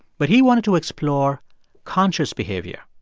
but he wanted to explore conscious behavior.